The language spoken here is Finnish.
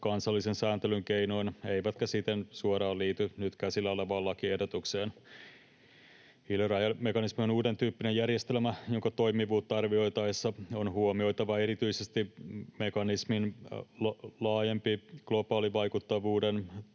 kansallisen sääntelyn keinoin eivätkä siten suoraan liity nyt käsillä olevaan lakiehdotukseen. Hiilirajamekanismi on uuden tyyppinen järjestelmä, jonka toimivuutta arvioitaessa on huomioitava erityisesti mekanismin laajemman, globaalin vaikuttavuuden,